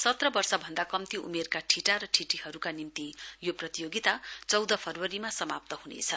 सत्र वर्षभन्दा कम्ती उमेरका ठिटा र ठिटीहरूका निम्ति यो प्रतियोगिता चौध फरवरीमा समाप्त ह्नेछ